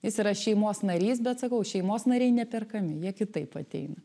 jis yra šeimos narys bet sakau šeimos nariai neperkami jie kitaip ateina